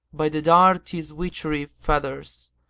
by the dart his witchery feathers,